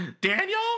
daniel